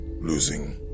losing